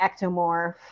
ectomorph